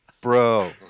bro